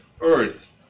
Earth